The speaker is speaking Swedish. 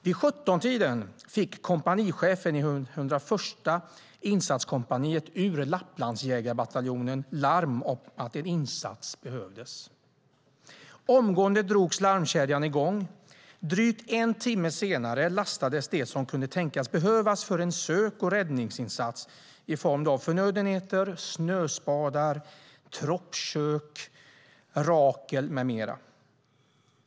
Vid 17-tiden fick kompanichefen i 101:a insatskompaniet ur Lapplandsjägarbataljonen larm om att en insats behövdes. Omgående drogs larmkedjan i gång. Drygt en timme senare lastades det som kunde tänkas behövas för en sök och räddningsinsats i form av förnödenheter, snöspadar, troppkök, Rakel med mera.